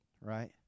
Right